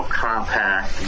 compact